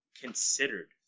considered